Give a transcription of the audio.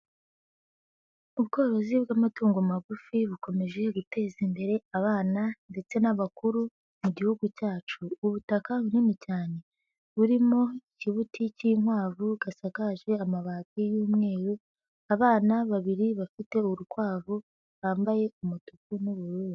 Ubworozi bw'amatungo magufi bukomeje guteza imbere abana ndetse n'abakuru mu Gihugu cyacu. Ubutaka bunini cyane burimo ikibuti k'inkwavu gasagaje amabati y'umweru, abana babiri bafite urukwavu bambaye umutuku n'ubururu.